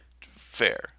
Fair